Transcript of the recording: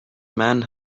men